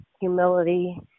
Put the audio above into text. humility